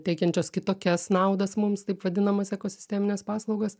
teikiančios kitokias naudas mums taip vadinamas ekosistemines paslaugas